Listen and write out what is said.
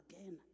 again